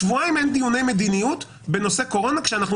שבועיים אין דיוני מדיניות בנושא קורונה כשאנחנו